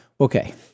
okay